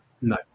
No